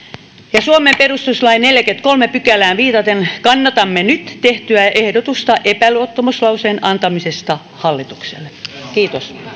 ja suomen perustuslain neljänteenkymmenenteenkolmanteen pykälään viitaten kannatamme nyt tehtyä ehdotusta epäluottamuslauseen antamisesta hallitukselle kiitos